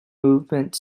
movement